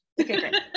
Okay